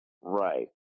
Right